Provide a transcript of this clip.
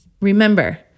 Remember